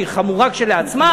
שהיא חמורה כשלעצמה,